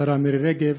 כבוד השרה מירי רגב,